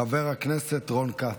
חבר הכנסת רון כץ.